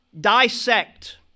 dissect